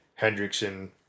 Hendrickson